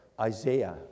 Isaiah